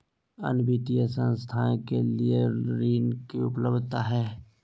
अन्य वित्तीय संस्थाएं के लिए ऋण की उपलब्धता है?